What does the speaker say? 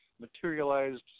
materialized